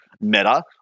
Meta